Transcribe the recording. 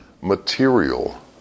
material